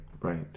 right